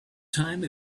time